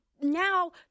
now